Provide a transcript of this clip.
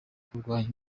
kurwanya